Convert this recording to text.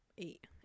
eight